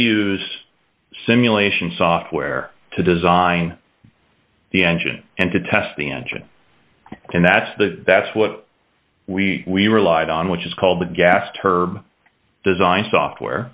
use simulation software to design the engine and to test the engine and that's the that's what we we relied on which is called the gas herb design software